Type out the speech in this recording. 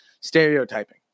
stereotyping